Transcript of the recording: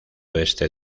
oeste